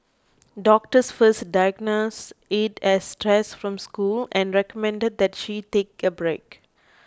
doctors first diagnosed it as stress from school and recommended that she take a break